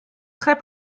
très